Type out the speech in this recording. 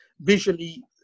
visually